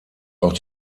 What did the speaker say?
auch